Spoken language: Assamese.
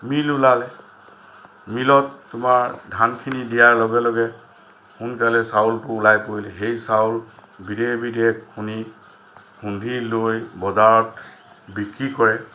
মিল ওলালে মিলত তোমাৰ ধানখিনি দিয়াৰ লগে লগে সোনকালে চাউলটো ওলাই পৰিলে সেই চাউল বিধে বিধে খুনি খুন্দি লৈ বজাৰত বিক্ৰী কৰে